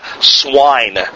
swine